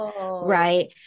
right